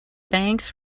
banks